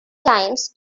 times